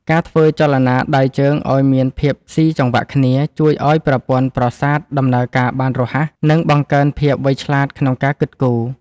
ការធ្វើចលនាដៃជើងឱ្យមានភាពស៊ីចង្វាក់គ្នាជួយឱ្យប្រព័ន្ធប្រសាទដំណើរការបានរហ័ស និងបង្កើនភាពវៃឆ្លាតក្នុងការគិតគូរ។